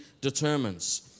determines